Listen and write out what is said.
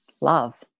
love